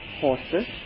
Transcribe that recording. horses